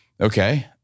Okay